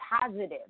positive